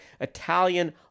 Italian